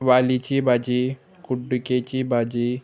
वालीची भाजी कुड्डुकेची भाजी